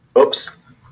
Oops